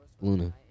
Luna